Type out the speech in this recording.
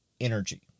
energy